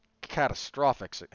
catastrophic